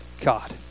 God